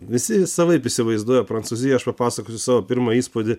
visi savaip įsivaizduoja prancūziją aš papasakojau savo pirmą įspūdį